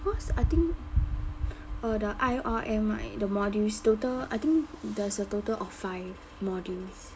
cause I think err the I_R_M right the modules total I think there's a total of five modules